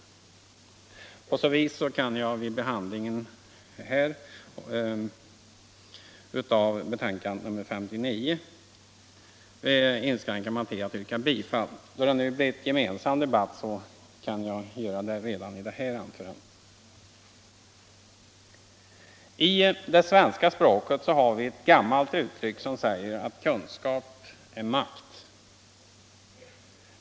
På så vis kan jag vid behandlingen här av näringsutskottets betänkande nr 59 inskränka mig till att yrka bifall — då det nu blivit gemensam debatt kan jag göra det redan i det här anförandet. I det svenska språket har vi ett gammalt uttryck som säger att kunskap är makt.